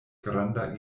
granda